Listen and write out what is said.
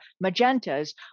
magentas